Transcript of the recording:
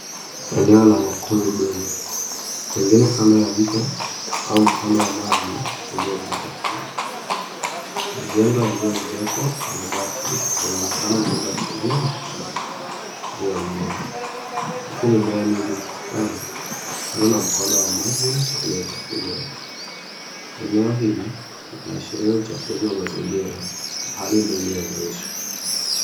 Eneo la makazi duni, pengine kando ya mto, au mkondo wa maji, uliojaa takataka. Majengo yaliyoezekwa kwa mabati, yanaonekana upande wa kulia na kushoto, juu ya mlima. Huku mimea mingi ikistawi, kando na mkondo wa maji, uliochafuliwa. Eneo hili, linaashiria uchafuzi wa mazingira, na hali duni ni ya maisha.